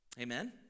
Amen